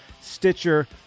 Stitcher